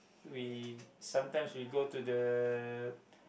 we sometimes we go to the